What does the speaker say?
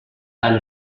tant